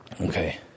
Okay